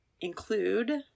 include